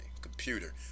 computer